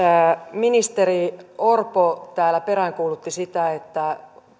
ministeri orpo täällä peräänkuulutti sitä